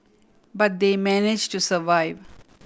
but they manage to survive